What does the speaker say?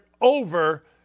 over